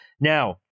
Now